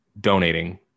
donating